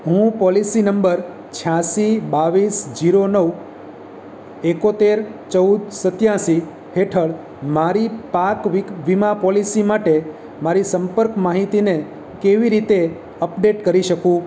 હું policy number છ્યાંસી બાવીસ જીરો નવ એકોતેર ચૌદ સત્યાસી હેઠળ મારી પાક વીક વીમા પોલિસી માટે મારી સંપર્ક માહિતીને કેવી રીતે અપડેટ કરી શકું